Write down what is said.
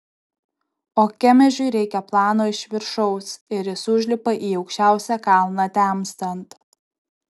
o kemežiui reikia plano iš viršaus ir jis užlipa į aukščiausią kalną temstant